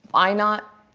why not?